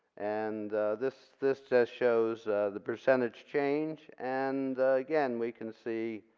and this this just shows the percentage change and again we can see